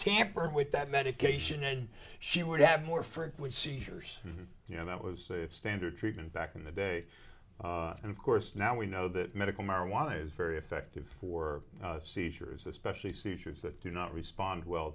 tampering with that medication and she would have more frequent seizures you know that was standard treatment back in the day and of course now we know that medical marijuana is very effective for seizures especially seizures that do not respond well